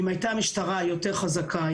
אם המשטרה היתה יותר חזקה,